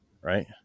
right